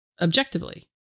objectively